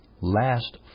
last